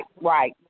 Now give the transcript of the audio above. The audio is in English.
right